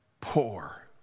poor